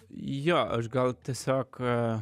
jo aš gal tiesiog